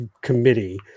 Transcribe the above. Committee